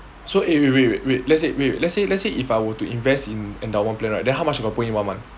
so eh wait wait wait let's say wait let's say let's say if I were to invest in endowment plan right then how much I got to put in one month